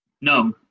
No